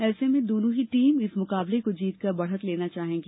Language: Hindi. ऐसे में दोनों ही टीम इस मुकाबले को जीतकर बढ़त लेना चाहेगी